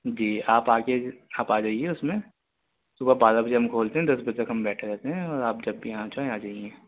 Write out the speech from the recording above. جی آپ آ کے آپ آ جائیے اس میں صبح بارہ بجے ہم کھولتے ہیں دس بجے تک ہم بیٹھے رہتے ہیں اور آپ جب بھی آنا چاہیں آ جائیں گی